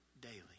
daily